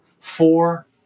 Four